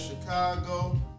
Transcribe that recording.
Chicago